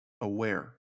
aware